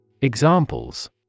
Examples